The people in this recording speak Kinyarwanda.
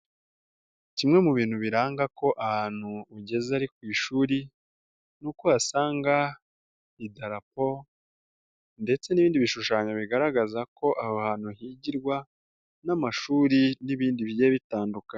Kimwe mu bintu biranga ko ahantu ugeze ari ku ishuri, ni uko usanga idarapo ndetse n'ibindi bishushanyo bigaragaza ko aho hantu higirwa n'amashuri n'ibindi bijyiye bitandukanye.